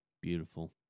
Beautiful